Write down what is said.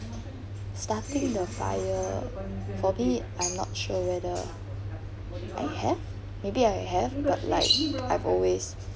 starting the fire for me I'm not sure whether I have maybe I have but like I've always